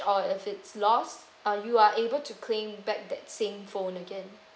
or if it's lost uh you are able to claim back that same phone again